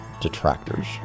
detractors